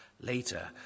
Later